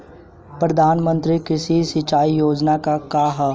प्रधानमंत्री कृषि सिंचाई योजना का ह?